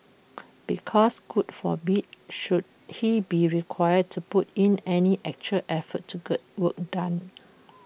because God forbid should he be required to put in any actual effort to get work done